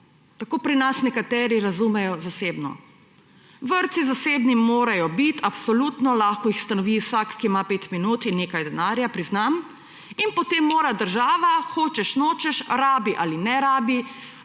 Tako pri nas nekateri razumejo zasebno. Zasebni vrtci morajo biti, absolutno, lahko jih ustanovi vsak, ki ima 5 minut in nekaj denarja, priznam, in potem mora država, hočeš nočeš, rabi ali ne rabi,